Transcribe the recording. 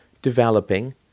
developing